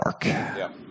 dark